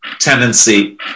tendency